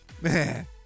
Man